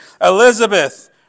Elizabeth